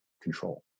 control